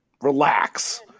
Relax